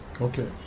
Okay